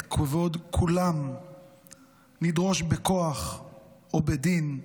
את כבוד כולם נדרוש בכוח או בדין,